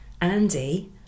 Andy